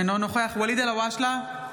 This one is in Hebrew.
אינו נוכח ואליד אלהואשלה,